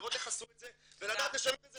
לראות איך עשו את זה ולדעת לשנות את זה,